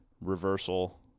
Reversal